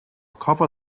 cover